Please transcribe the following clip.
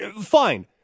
fine